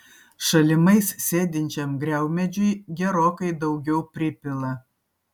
šalimais sėdinčiam griaumedžiui gerokai daugiau pripila